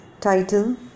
title